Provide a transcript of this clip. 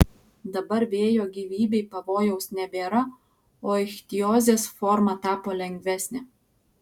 dabar vėjo gyvybei pavojaus nebėra o ichtiozės forma tapo lengvesnė